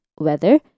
weather